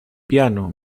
piano